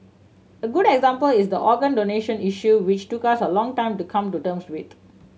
a good example is the organ donation issue which took us a long time to come to terms with